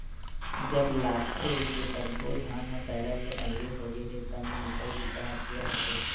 जब लागथे के सब्बो धान ह पैरा ले अलगे होगे हे तब मिसई बूता ह पूरा होथे